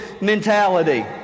mentality